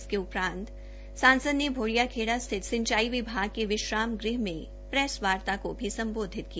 इसके उपरांत सांसद ने भोडिया खेड़ा स्थित सिंचाई विभाग के विश्राम गृह में प्रैसवार्ता को भी संबोधित किया